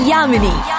Yamini